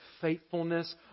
faithfulness